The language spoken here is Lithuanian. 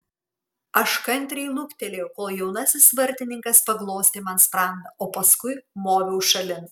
aš kantriai luktelėjau kol jaunasis vartininkas paglostė man sprandą o paskui moviau šalin